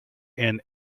and